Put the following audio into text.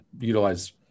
utilize